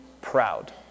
proud